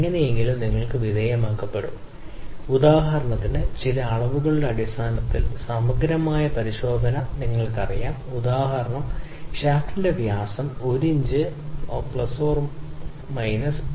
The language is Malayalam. അതിനാൽ എഞ്ചിനുകളുടെ കാര്യത്തിൽ ഒരു ബിഎച്ച്പി അല്ലെങ്കിൽ അടിസ്ഥാന പാരാമീറ്ററുകൾ തിരഞ്ഞെടുക്കുക എഞ്ചിൻ ആർപിഎം വളരെ നല്ല പാരാമീറ്ററാണ്